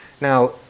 Now